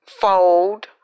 fold